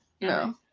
No